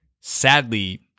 Sadly